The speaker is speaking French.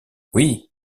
oui